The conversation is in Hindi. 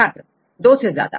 छात्र२ से ज्यादा